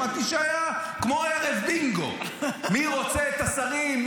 שמעתי שהיה כמו ערב בינגו: מי רוצה את השרים?